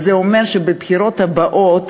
זה אומר שבבחירות הבאות